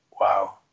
wow